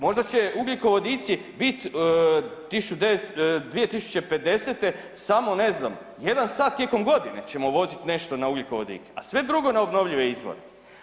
Možda će ugljikovodici bit 2050. samo ne znam, jedan sat tijekom godine ćemo uvozit nešto na ugljikovodike a sve drugo na obnovljive izvore.